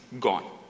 gone